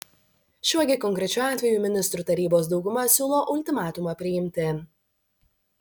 šiuo gi konkrečiu atveju ministrų tarybos dauguma siūlo ultimatumą priimti